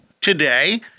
today